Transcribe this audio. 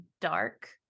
dark